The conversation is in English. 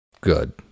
good